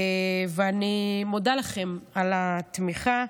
ואני מודה לכם על התמיכה.